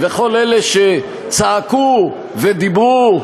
וכל אלה שצעקו ודיברו,